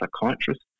psychiatrist